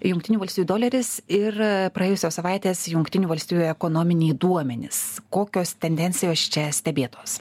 jungtinių valstijų doleris ir praėjusios savaitės jungtinių valstijų ekonominiai duomenys kokios tendencijos čia stebėtos